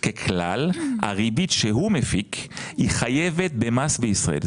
ככלל הריבית שהוא מפיק היא חייבת במס בישראל.